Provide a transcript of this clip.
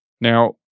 Now